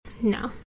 No